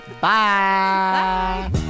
Bye